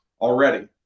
already